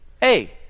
Hey